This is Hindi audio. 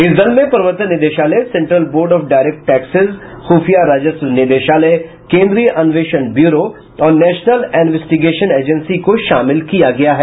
इस दल में प्रवर्तन निदेशालय central board of direct taxes खुफिया राजस्व निदेशालय केंद्रीय अन्वेषण ब्यूरो और नेशनल इनवेस्टिगेशन एजेंसी को शामिल किया गया है